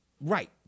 right